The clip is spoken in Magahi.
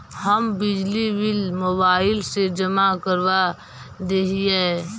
हम बिजली बिल मोबाईल से जमा करवा देहियै?